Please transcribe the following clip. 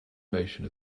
motion